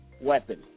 weapon